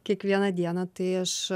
kiekvieną dieną tai aš